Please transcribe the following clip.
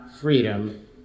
freedom